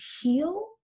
heal